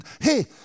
hey